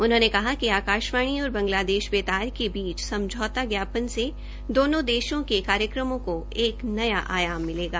उन्होंने कहा कि आकाशवाणी और बांगलादेश बेतार के बीच समझौता ज्ञापन से दोनों देशों के कार्यक्रमों को एक को एक न्या आयाम मिलेगा